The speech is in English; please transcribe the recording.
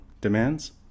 demands